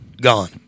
gone